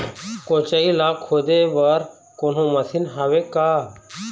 कोचई ला खोदे बर कोन्हो मशीन हावे का?